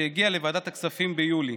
שהגיעה לוועדת הכספים ביולי,